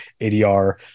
adr